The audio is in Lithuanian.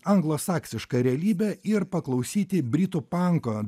anglosaksišką realybę ir paklausyti britų panko